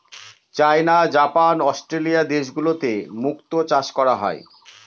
চাইনা, Japan, Australia দেশগুলোতে মুক্তো চাষ করা হয়